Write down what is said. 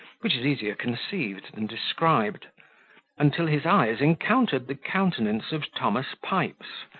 which is easier conceived than described until his eyes encountered the countenance of thomas pipes,